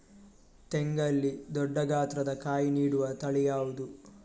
ತೆಂಗಲ್ಲಿ ದೊಡ್ಡ ಗಾತ್ರದ ಕಾಯಿ ನೀಡುವ ತಳಿ ಯಾವುದು?